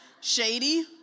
Shady